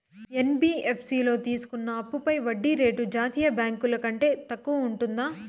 NBFC లో తీసుకున్న అప్పుపై వడ్డీ రేటు జాతీయ బ్యాంకు ల కంటే తక్కువ ఉంటుందా?